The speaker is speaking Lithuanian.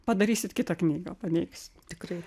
padarysit kitą knygą paneigsiu tikrai